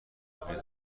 کنی